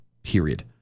Period